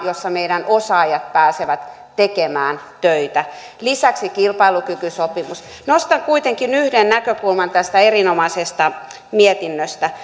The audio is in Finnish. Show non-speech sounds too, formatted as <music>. jossa meidän osaajamme pääsevät tekemään töitä lisäksi on kilpailukykysopimus nostan kuitenkin yhden näkökulman tästä erinomaisesta mietinnöstä <unintelligible>